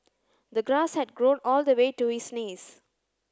the grass had grown all the way to his knees